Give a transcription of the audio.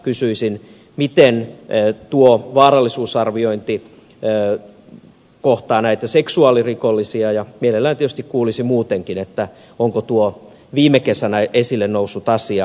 kysyisin miten tuo vaarallisuusarviointi kohtaa näitä seksuaalirikollisia ja mielellään tietysti kuulisin muutenkin onko tuo viime kesänä esille noussut asia nyt edennyt